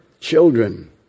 children